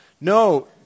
No